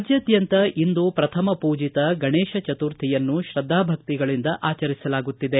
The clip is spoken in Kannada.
ರಾಜ್ಯಾದ್ಯಂತ ಇಂದು ಪ್ರಥಮ ಪೂಜಿತ ಗಣೇಶ ಚತುರ್ಥಿಯನ್ನು ತ್ರದ್ದಾಭಕ್ತಿಗಳಿಂದ ಆಚರಿಸಲಾಗುತ್ತಿದೆ